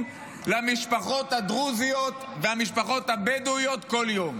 למשפחות הדרוזיות ולמשפחות הבדואיות כל יום.